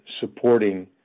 supporting